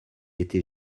était